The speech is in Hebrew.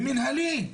במנהלי.